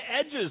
edges